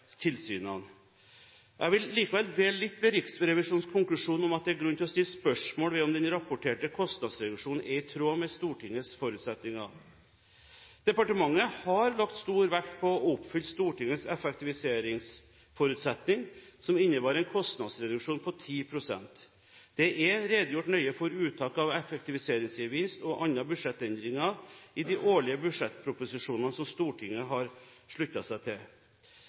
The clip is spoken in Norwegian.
Jeg vil likevel dvele litt ved Riksrevisjonens konklusjon om at det er grunn til å stille spørsmål ved om den rapporterte kostnadsreduksjonen er i tråd med Stortingets forutsetninger. Departementet har lagt stor vekt på å oppfylle Stortingets effektiviseringsforutsetning, som innebar en kostnadsreduksjon på 10 pst. Det er redegjort nøye for uttak av effektiviseringsgevinst og andre budsjettendringer i de årlige budsjettproposisjonene som Stortinget har sluttet seg til.